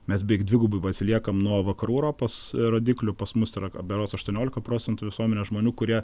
mes beveik dvigubai atsiliekam nuo vakarų europos rodiklių pas mus yra berods aštuoniolika procentų visuomenės žmonių kurie